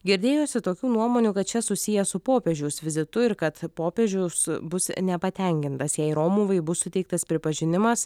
girdėjosi tokių nuomonių kad čia susiję su popiežiaus vizitu ir kad popiežius bus nepatenkintas jei romuvai bus suteiktas pripažinimas